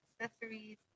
accessories